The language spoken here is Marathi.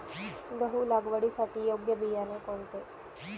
गहू लागवडीसाठी योग्य बियाणे कोणते?